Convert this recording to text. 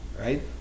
Right